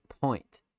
Point